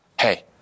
Hey